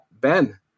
Ben